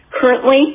Currently